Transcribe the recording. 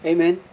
Amen